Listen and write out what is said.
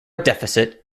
deficit